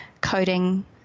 coding